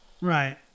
Right